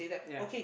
ya